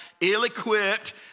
ill-equipped